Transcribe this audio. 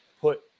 put